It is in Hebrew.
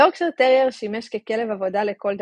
היורקשייר טרייר שימש ככלב עבודה לכל דבר,